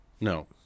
No